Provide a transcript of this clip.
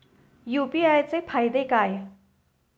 UPI चे फायदे काय?